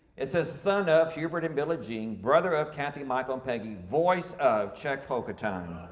it says, son of hubert and billie jean, brother of kathy, michael, and peggy. voice of czech polka time.